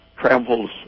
travels